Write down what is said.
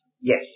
Yes